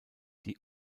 die